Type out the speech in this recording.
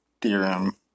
theorem